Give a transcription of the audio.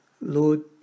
Lord